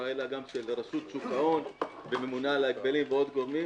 אלא גם של שוק ההון וממונה על ההגבלים ועוד גורמים.